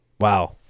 wow